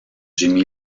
jimmy